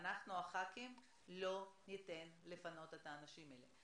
אנחנו הח"כים לא ניתן לפנות את האנשים האלה.